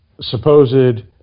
supposed